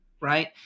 right